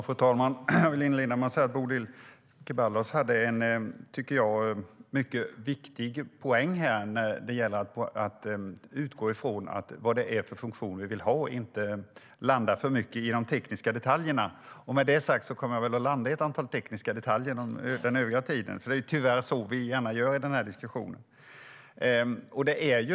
Fru talman! Jag vill inleda med att säga att Bodil Ceballos hade en viktig poäng om att utgå från vilken funktion vi vill ha och inte landa för mycket i de tekniska detaljerna. Med det sagt kommer jag väl att landa i ett antal tekniska detaljer den övriga tiden. Det är tyvärr så vi gärna gör i den här diskussionen.